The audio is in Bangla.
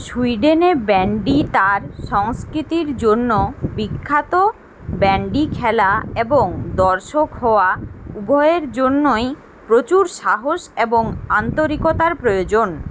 সুইডেনে ব্যান্ডি তার সংস্কৃতির জন্য বিখ্যাত ব্যান্ডি খেলা এবং দর্শক হওয়া উভয়ের জন্যই প্রচুর সাহস এবং আন্তরিকতার প্রয়োজন